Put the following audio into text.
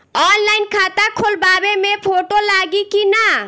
Online खाता खोलबाबे मे फोटो लागि कि ना?